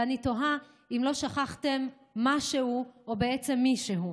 ואני תוהה אם לא שכחתם משהו או בעצם מישהו,